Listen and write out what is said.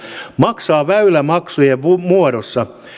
maksaa väylämaksujen muodossa